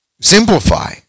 simplify